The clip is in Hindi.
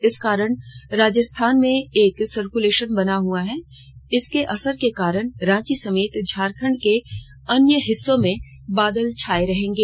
इसके कारण राजस्थान में एक सर्कुलेशन बना हुआ है इसके असर के कारण रांची समेत झारखंड के अन्य हिस्सों में बादल छाए रहेंगे